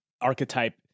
archetype